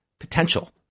potential